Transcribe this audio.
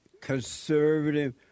conservative